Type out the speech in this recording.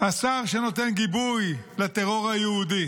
השר שנותן גיבוי לטרור היהודי,